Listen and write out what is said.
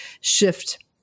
shift